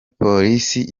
polisi